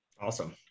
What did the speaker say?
Awesome